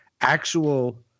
actual